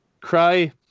cry